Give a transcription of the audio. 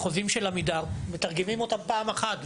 את החוזים של עמידר מתרגמים פעם אחת,